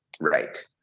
right